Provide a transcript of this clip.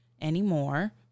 anymore